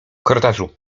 korytarzu